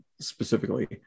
specifically